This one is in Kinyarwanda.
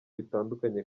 bitandukanye